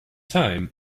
time